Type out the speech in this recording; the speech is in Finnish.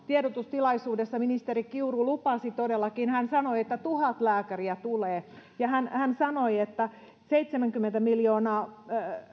tiedotustilaisuudessa ministeri kiuru lupasi todellakin että tuhat lääkäriä tulee ja hän hän sanoi että rahaa on seitsemänkymmentä miljoonaa